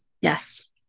Yes